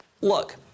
Look